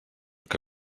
que